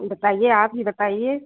बताइए आप ही बताइए